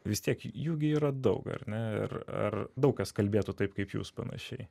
vis tiek jų gi yra daug ar ne ar ar daug kas kalbėtų taip kaip jūs panašiai